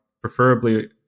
preferably